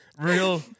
Real